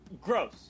gross